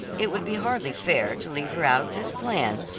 it would be hardly fair to leave her out of this plan,